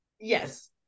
Yes